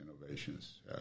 innovations